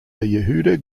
yehuda